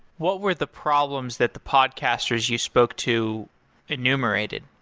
what were the problems that the podcasters you spoke to enumerated?